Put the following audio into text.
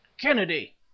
Kennedy